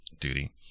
Duty